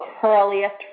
curliest